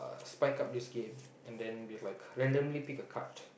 spike up this game and then be like randomly pick a card